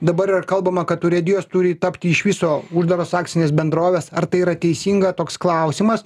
dabar kalbama kad urėdijos turi tapti iš viso uždaros akcinės bendrovės ar tai yra teisinga toks klausimas